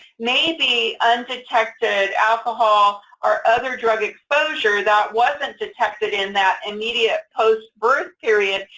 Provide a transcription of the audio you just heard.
may be undetected alcohol or other drug exposure that wasn't detected in that immediate post-birth period,